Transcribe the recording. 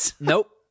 nope